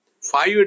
Five